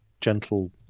gentle